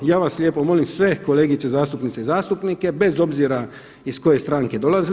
Ja vas lijepo molim sve kolegice zastupnice i zastupnike bez obzira iz koje stranke dolazile.